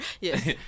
Yes